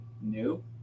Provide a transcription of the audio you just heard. new